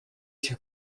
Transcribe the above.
сих